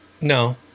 no